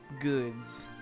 goods